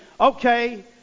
okay